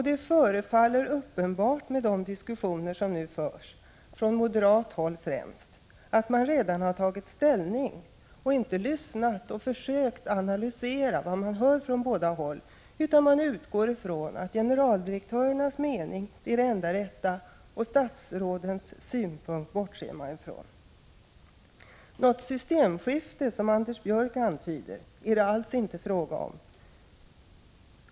Det förefaller uppenbart att döma av de diskussioner som nu förs, främst från moderat håll, att man redan har tagit ställning och inte lyssnat och försökt analysera vad man hört från båda håll. Man har i stället utgått ifrån att generaldirektörernas mening är det enda rätta. Statsrådens synpunkter bortser man från. Något systemskifte, som Anders Björck antyder, är det alls inte fråga om.